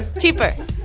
Cheaper